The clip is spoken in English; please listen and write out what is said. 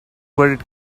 credit